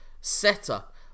setup